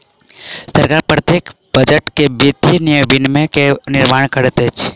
सरकार प्रत्येक बजट में वित्तीय विनियम के निर्माण करैत अछि